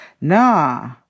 nah